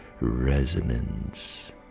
resonance